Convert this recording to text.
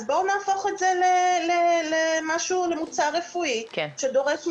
אז בואו נהפוך את זה למוצר רפואי שדורש מרשם.